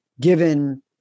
given